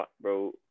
Bro